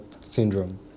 syndrome